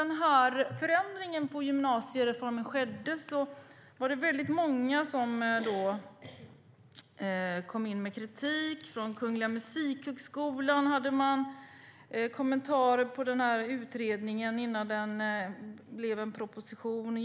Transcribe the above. När förändringen i gymnasiereformen skedde kom många med kritik. Kungliga Musikhögskolan kommenterade utredningen innan den blev en proposition.